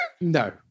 No